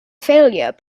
failure